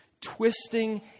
twisting